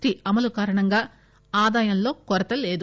T అమలు కారణంగా ఆదాయంలో కొరత లేదు